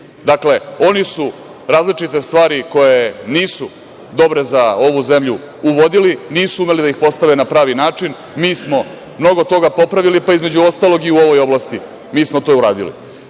Dakle, oni su različite stvari koje nisu dobre za ovu zemlju uvodili, nisu umeli da ih postave na pravi način. Mi smo mnogo toga popravili, pa između ostalog i u ovoj oblasti mi smo to uradili. Kada